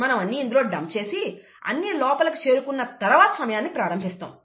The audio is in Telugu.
మనం అన్ని ఇందులో డంప్ చేసి అన్ని లోపలకి చేరుకున్న తరువాత సమయాన్ని ప్రారంభిస్తాం